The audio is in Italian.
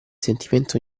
sentimento